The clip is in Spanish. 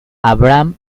abraham